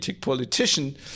politician